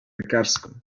lekarską